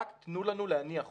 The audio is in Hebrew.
רק תנו לנו להניח אותו.